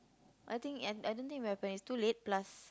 I think I I don't think it will happen it's too late plus